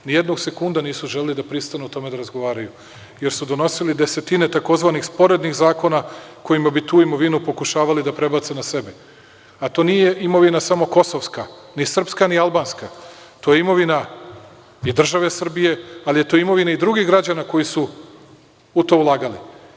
Ni jednog sekunda nisu želeli da pristanu da o tome razgovaraju jer su donosili desetine tzv. sporednih zakona kojima bi tu imovinu pokušavali da prebace na sebe, a to nije imovina samo kosovska, ni srpska, ni albanska, to je imovina i države Srbije, ali je to i imovina i drugih građana koji su u to ulagali.